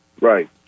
right